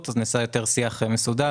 זה נתון שכדאי לשמוע.